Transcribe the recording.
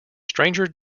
stranger